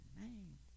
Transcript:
name